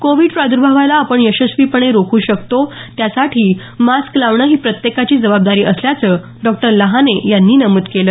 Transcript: Covid प्राद्र्भावाला आपण यशस्वीपणे रोखू शकतो त्यासाठी मास्क लावणं ही प्रत्येकाची जबाबदारी असल्याचं डॉ लहाने यांनी नमूद केलं